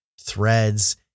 Threads